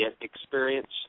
experience